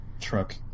truck